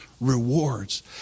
Rewards